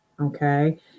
Okay